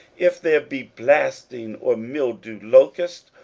if there be blasting, or mildew, locusts,